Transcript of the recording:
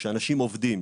שאנשים עובדים.